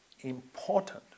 important